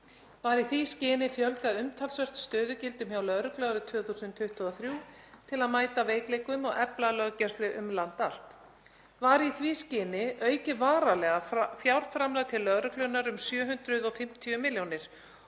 Var í því skyni fjölgað umtalsvert stöðugildum hjá lögreglu árið 2023 til að mæta veikleikum og efla löggæslu um land allt. Var í því skyni aukið varanlega fjárframlag til lögreglunnar um 750 milljónir